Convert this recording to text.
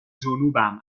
جنوبم